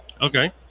Okay